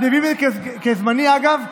אז מינינו כזמני, אגב,